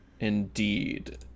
Indeed